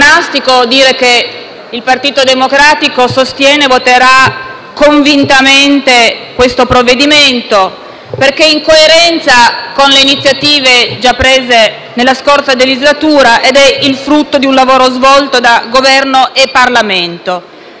dire che il Partito Democratico sostiene e voterà convintamente questo provvedimento perché in coerenza con iniziative già prese nella scorsa legislatura e frutto di un lavoro svolto da Governo e Parlamento,